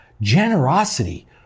Generosity